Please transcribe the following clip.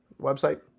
website